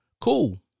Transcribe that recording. cool